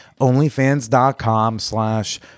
OnlyFans.com/slash